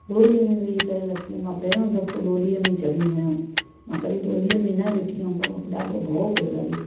डोलीअ में वेही करे लथी हुअमि मां पहिरियों दफ़ो डोलीअ में चढी हुअमि मां कॾहिं डोलीअ में न वेठी हुअमि पर मूंखे ॾाढो भओ पियो लॻे